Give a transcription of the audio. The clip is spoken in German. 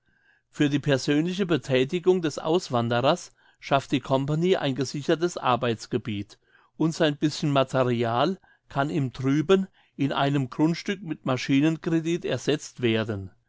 für die persönliche bethätigung des auswanderers schafft die company ein gesichertes arbeitsgebiet und sein bischen material kann ihm drüben in einem grundstück mit maschinencredit ersetzt werden